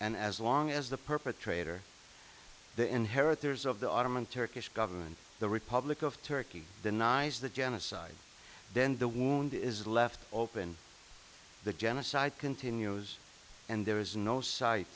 and as long as the perpetrator the inheritors of the ottoman turkish government the republic of turkey denies the genocide then the wound is left open the genocide continues and there is no si